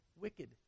wicked